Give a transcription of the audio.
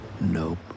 Nope